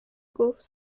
گفت